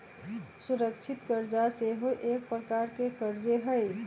सुरक्षित करजा सेहो एक प्रकार के करजे हइ